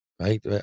right